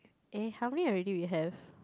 eh how many already we have